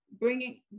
bringing